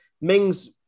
Mings